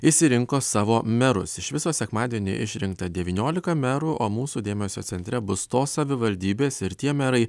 išsirinko savo merus iš viso sekmadienį išrinkta devyniolika merų o mūsų dėmesio centre bus tos savivaldybės ir tie merai